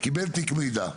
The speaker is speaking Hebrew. קיבל תיק מידע,